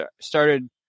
started